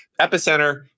epicenter